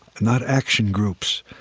not action groups,